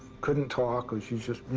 couldn't talk, and she's just, you